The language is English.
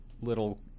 little